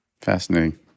Fascinating